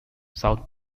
south